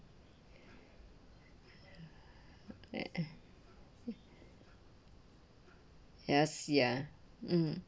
eh yes ya mm